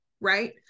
right